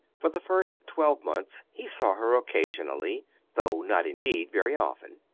for the first twelvemonths he saw her occasionally though not indeed very often.